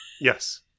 Yes